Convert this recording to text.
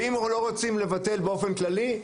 ואם לא רוצים לבטל באופן כללי,